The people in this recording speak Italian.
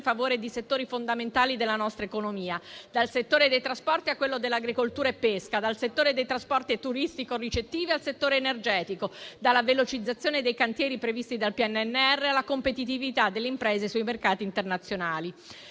di settori fondamentali della nostra economia: dal settore dei trasporti a quello dell'agricoltura e pesca, dal settore turistico-ricettivo a quello energetico, dalla velocizzazione dei cantieri previsti dal PNRR alla competitività delle imprese sui mercati internazionali.